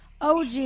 og